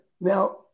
Now